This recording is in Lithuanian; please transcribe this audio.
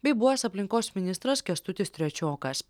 bei buvęs aplinkos ministras kęstutis trečiokas